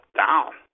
down